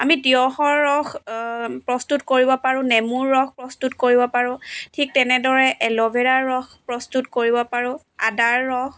আমি তিঁয়হৰ ৰস প্ৰস্তুত কৰিব পাৰোঁ নেমুৰ ৰস প্ৰস্তুত কৰিব পাৰোঁ ঠিক তেনেদৰে এল'ভেৰাৰ ৰস প্ৰস্তুত কৰিব পাৰোঁ আদাৰ ৰস